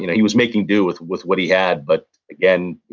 you know he was making due with with what he had, but, again,